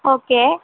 okay